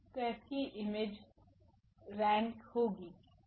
तो F की image rank होगी